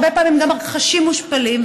הרבה פעמים חשים מושפלים,